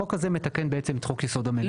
החוק הזה מתקן בעצם את חוק-יסוד: הממשלה.